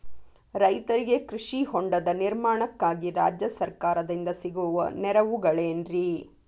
ರೈತರಿಗೆ ಕೃಷಿ ಹೊಂಡದ ನಿರ್ಮಾಣಕ್ಕಾಗಿ ರಾಜ್ಯ ಸರ್ಕಾರದಿಂದ ಸಿಗುವ ನೆರವುಗಳೇನ್ರಿ?